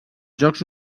jocs